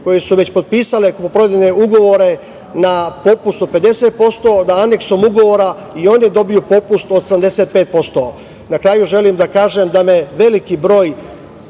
koje su već potpisale kupoprodajne ugovore na popust od 50%, da aneksom ugovora i on je dobio popust 85%.Na kraju želim da kažem da je veliki broj